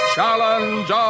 Challenge